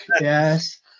yes